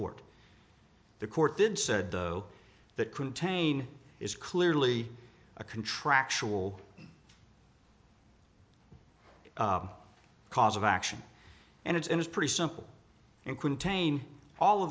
toward the court did said though that contain is clearly a contractual cause of action and it's in is pretty simple and contain all